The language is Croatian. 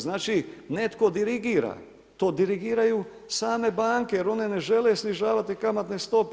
Znači netko dirigira, to dirigiraju same banke jer one ne žele snižavati kamatne stope.